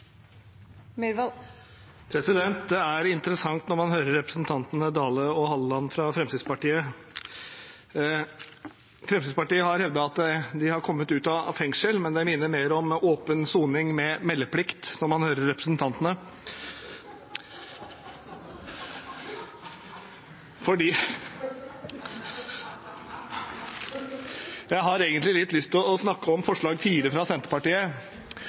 dag. Det er interessant å høre representantene Dale og Halleland fra Fremskrittspartiet. Fremskrittspartiet har hevdet at de har kommet ut av fengsel, men det minner mer om åpen soning med meldeplikt når man hører representantene Jeg har egentlig litt lyst til å snakke om forslag nr. 4, fra Senterpartiet.